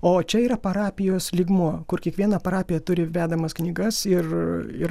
o čia yra parapijos lygmuo kur kiekviena parapija turi vedamas knygas ir ir